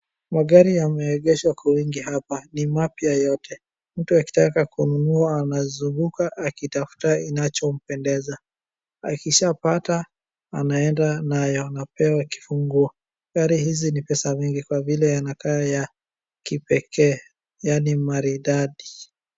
Magari yameegeshwa kwa wingi hapa, ni mapya yote. Mtu akitaka kununua anazunguka akitafuta kinachompendeza, akishapata anaenda nayo anapewa kifunguo. Gari hizi ni za pesa mingi kwa vile yanakaa ya kipekee, yaani maridadi.